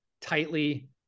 tightly